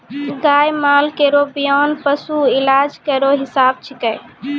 गाय माल केरो बियान पशु इलाज केरो हिस्सा छिकै